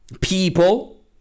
people